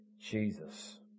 Jesus